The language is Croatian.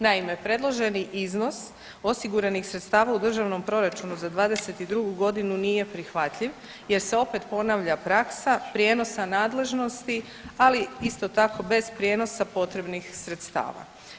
Naime, predloženi iznos osiguranih sredstava u Državnom proračunu za '22. g. nije prihvatljiv jer se opet ponavlja praksa prijenosa nadležnosti, ali isto tako, bez prijenosa potrebnih sredstava.